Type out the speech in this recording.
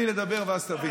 תן לי לדבר ואז תבין.